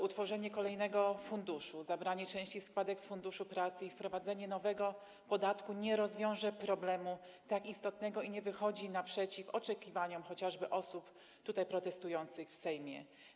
Utworzenie kolejnego funduszu, zabranie części składek z Funduszu Pracy i wprowadzenie nowego podatku nie rozwiążą problemu tak istotnego i nie jest to wyjściem naprzeciw oczekiwaniom chociażby osób protestujących tutaj w Sejmie.